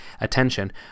attention